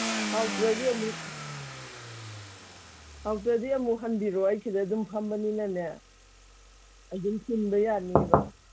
ꯍꯥꯎꯇ꯭ꯔꯗꯤ ꯑꯃꯨꯛ ꯍꯥꯎꯇ꯭ꯔꯗꯤ ꯑꯃꯨꯛ ꯍꯟꯕꯤꯔꯛꯑꯣ ꯑꯩ ꯁꯤꯗ ꯁꯨꯝ ꯐꯝꯕꯅꯤꯅꯅꯦ ꯑꯗꯨꯝ ꯁꯤꯟꯕ ꯌꯥꯅꯤꯕ